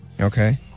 okay